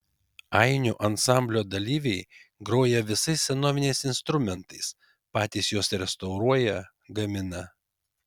ainių ansamblio dalyviai groja visais senoviniais instrumentais patys juos restauruoja gamina